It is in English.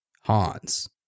Hans